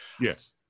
Yes